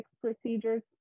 procedures